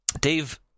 Dave